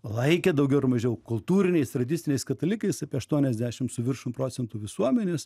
laikė daugiau ar mažiau kultūriniais tradiciniais katalikais apie aštuoniasdešim su viršum procentų visuomenės